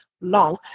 long